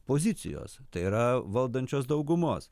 pozicijos tai yra valdančios daugumos